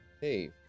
hey